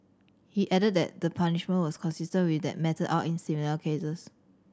he added that the punishment was consistent with that meted out in similar cases